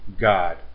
God